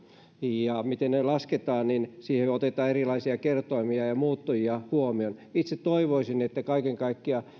ja siinä miten ne lasketaan otetaan erilaisia kertoimia ja muuttujia huomioon itse toivoisin että kaiken kaikkiaan